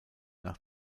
nach